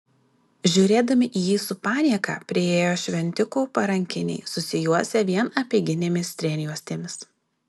žiūrėdami į jį su panieka priėjo šventikų parankiniai susijuosę vien apeiginėmis strėnjuostėmis